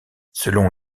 selon